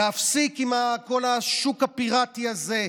להפסיק עם כל השוק הפירטי הזה,